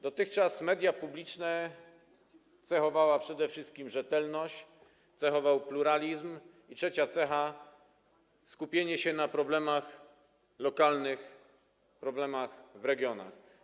Dotychczas media publiczne cechowała przede wszystkim rzetelność, cechował pluralizm i trzecia cecha - skupienie się na problemach lokalnych w regionach.